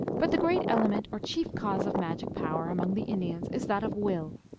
but the great element or chief cause of magic power among the indians is that of will.